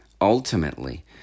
Ultimately